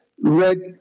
red